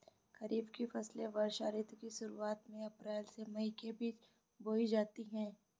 खरीफ की फसलें वर्षा ऋतु की शुरुआत में अप्रैल से मई के बीच बोई जाती हैं